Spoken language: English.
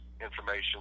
information